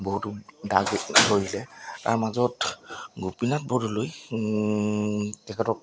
বহুতো দাগ ধৰিলে তাৰ মাজত গোপীনাথ বৰদলৈ তেখেতক